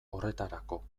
horretarako